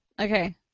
Okay